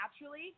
naturally